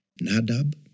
Nadab